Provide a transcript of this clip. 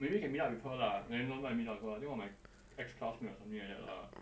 maybe can meet up with her lah damn long never meet up with her I think one of my ex classmate or something like that lah